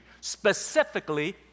Specifically